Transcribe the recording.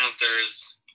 Panthers